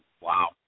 Wow